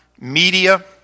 media